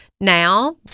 now